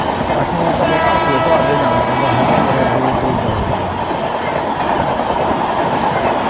असें इक ते हट्टिये घराट गै जाना पौंदा हा ते बड़े दूर दूर जाना पौंदा हा